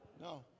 No